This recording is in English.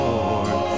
Lord